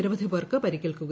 നിരവധി പേർക്ക് പരിക്കേറ്റു